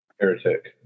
Heretic